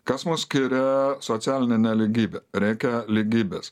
kas mus skiria socialinė nelygybė reikia lygybės